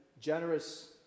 generous